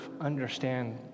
understand